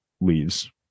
leaves